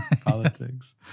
Politics